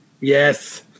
Yes